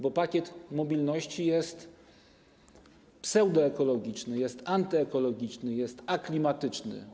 Bo Pakiet Mobilności jest pseudoekologiczny, jest antyekologiczny, jest aklimatyczny.